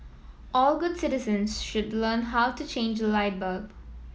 all good citizens should learn how to change a light bulb